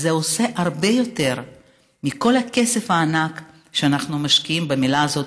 זה עושה הרבה יותר מכל הכסף הענק שאנחנו משקיעים במילה הזאת,